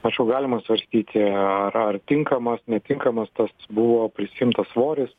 tačiau galima svarstyti ar ar tinkamas netinkamas tas buvo prisiimtas svoris